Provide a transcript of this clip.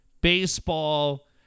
Baseball